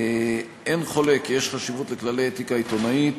אין חולק כי יש חשיבות לכללי אתיקה עיתונאית,